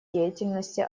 деятельности